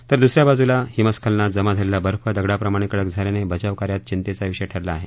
तर दुस या बाजूला हिमस्खलनात जमा झालेला बर्फ दगडाप्रमाणे कडक झाल्याने बचावकार्यात चिंतेचा विषय ठरला आहे